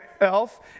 Elf